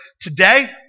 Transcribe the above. today